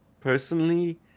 personally